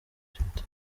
twitter